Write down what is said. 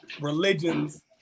religions